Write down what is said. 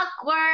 Awkward